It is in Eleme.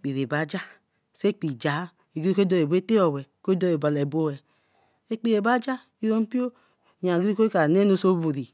Kpiri baja, sai piri jah ku dorabote yo kpee baja oro mpio yia nko kra nenu so owiri